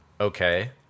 okay